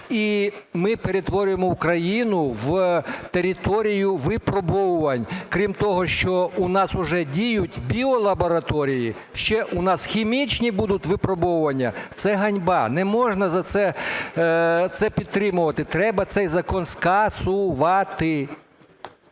І ми перетворюємо Україну в територію випробувань. Крім того, що у нас уже діють біолабораторії, ще у нас хімічні будуть випробування. Це ганьба, не можна за це... це підтримувати, треба цей закон скасувати.